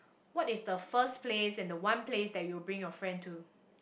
what is the first place and the one place that you'll bring your friend to